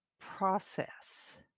process